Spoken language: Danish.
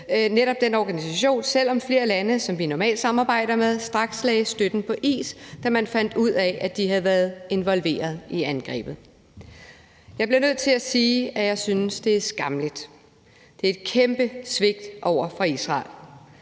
netop den organisation, selv om flere lande, som vi normalt samarbejder med, straks lagde støtten på is, da man fandt ud af, at de havde været involveret i angrebet. Jeg bliver nødt til at sige, at jeg synes, det er skammeligt. Det er et kæmpe svigt over for Israel.